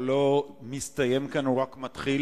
בטעם הטוב,